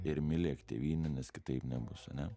ir mylėk tėvynę nes kitaip nebus ane